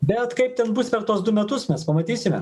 bet kaip ten bus per tuos du metus mes pamatysime